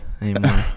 anymore